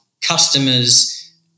customers